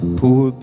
poor